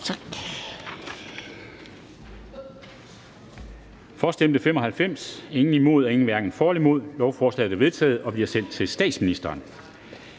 Tak.